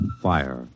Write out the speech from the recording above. fire